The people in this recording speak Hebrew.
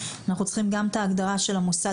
אנחנו צריכים גם את ההגדרה של המוסד